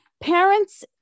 parents